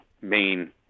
main